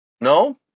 No